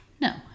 no